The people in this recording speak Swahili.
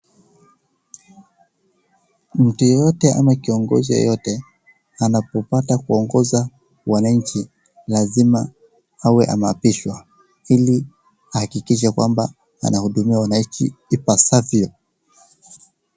Mtu yeyote ama kiongozi yeyote anapopata kuongoza wananchi lazima awe ameapishwa ili ahakikishe kwamba anahudumia wananchi ipasavyo.